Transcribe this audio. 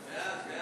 לשנת הכספים 2018,